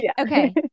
Okay